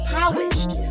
polished